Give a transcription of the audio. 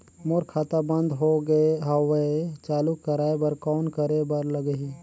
मोर खाता बंद हो गे हवय चालू कराय बर कौन करे बर लगही?